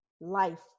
life